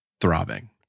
throbbing